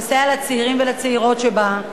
לסייע לצעירים ולצעירות שבה,